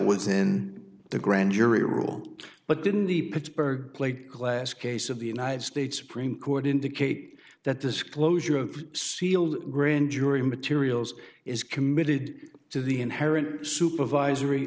was in the grand jury rule but didn't the pittsburgh plate glass case of the united states supreme court indicate that disclosure of sealed grand jury materials is committed to the inherent supervisory